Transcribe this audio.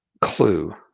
clue